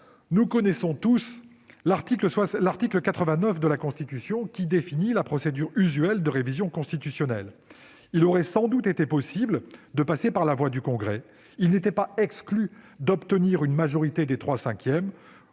Nous connaissons tous l'article 89 de la Constitution, qui définit la procédure usuelle de révision constitutionnelle. Il aurait sans doute été possible de passer par la voie du Congrès. Il n'est pas exclu en effet que la majorité des trois cinquièmes